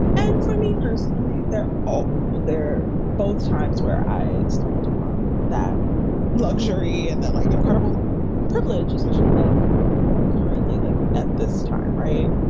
and for me personally, they're all there both times where i stumbled upon that luxury and that like incredible privilege, especially like currently like at this time, right.